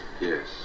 Yes